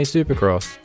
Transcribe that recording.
Supercross